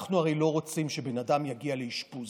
אנחנו הרי לא רוצים שבן אדם יגיע לאשפוז,